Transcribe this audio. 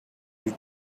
you